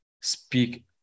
speak